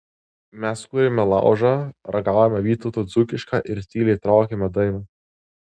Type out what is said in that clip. mes kūrėme laužą ragavome vytauto dzūkišką ir tyliai traukėme dainą